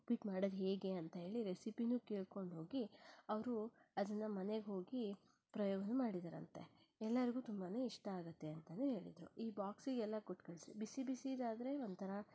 ಉಪ್ಪಿಟ್ಟು ಮಾಡೋದು ಹೇಗೆ ಅಂಥೇಳಿ ರೆಸಿಪಿನೂ ಕೇಳ್ಕೊಂಡು ಹೋಗಿ ಅವರೂ ಅದನ್ನು ಮನೆಗೆ ಹೋಗಿ ಪ್ರಯೋಗನೂ ಮಾಡಿದರಂತೆ ಎಲ್ಲರಿಗೂ ತುಂಬನೇ ಇಷ್ಟ ಆಗತ್ತೆ ಅಂತನೂ ಹೇಳಿದ್ರು ಈ ಬಾಕ್ಸಿಗೆಲ್ಲ ಕೊಟ್ಕಳ್ಸಿ ಬಿಸಿ ಬಿಸಿದು ಆದರೆ ಒಂಥರಾ